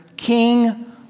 king